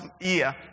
year